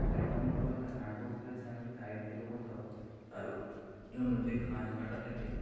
এক নম্বর কথা নাট বল্টুটা যে আমি টাইট দেবো কোথাও তারও জন্য যে খাঁজ কাটা থাকে